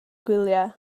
gwyliau